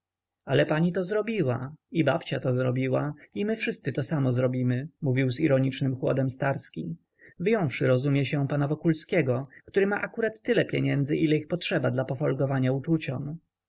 ale pani to zrobiła i babcia to zrobiła i my wszyscy to samo zrobimy mówił z ironicznym chłodem starski wyjąwszy rozumie się pana wokulskiego który ma akurat tyle pieniędzy ile ich potrzeba dla pofolgowania uczuciom